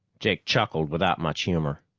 jake chuckled without much humor.